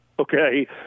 Okay